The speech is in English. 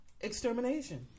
Extermination